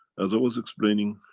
as i was explaining,